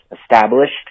established